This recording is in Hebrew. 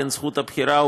זכות הבחירה,